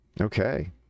Okay